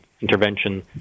intervention